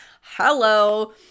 hello